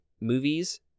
movies